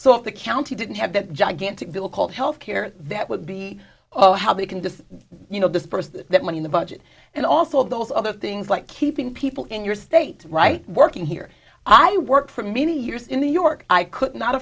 so if the county didn't have that gigantic bill called health care that would be oh how they can just you know dispersed that money in the budget and also all those other things like keeping people in your state right working here i worked for many years in the york i could not